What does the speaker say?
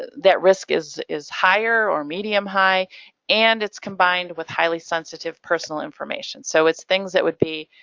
that risk is is higher or medium-high and it's combined with highly sensitive personal information. so it's things that would be.